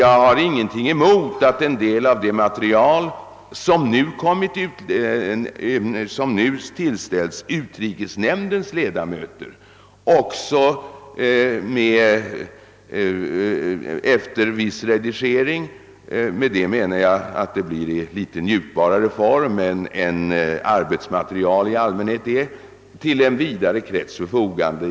Jag har ingenting emot att det material som nu tillställts utrikesnämndens ledamöter efter viss redigering — med det menar jag att det bör vara avfattat på ett något njutbarare sätt än arbetsmaterial i allmänhet är — också ställs till förfogande för en vidare krets.